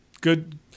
good